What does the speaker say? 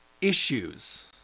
issues